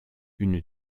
une